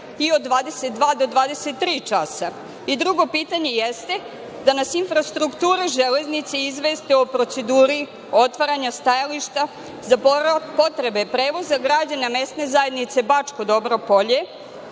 i od 22 časa do 23 časa? Drugo pitanje jeste da nas infrastruktura „Železnice“ izvesti o proceduri otvaranja stajališta za potrebe prevoza građana mesne zajednice Bačko Dobro Polje